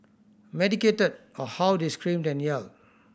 medicated or how they screamed and yelled